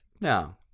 No